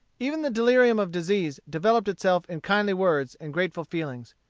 even the delirium of disease developed itself in kindly words and grateful feelings.